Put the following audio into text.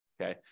Okay